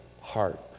heart